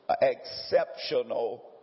exceptional